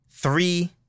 three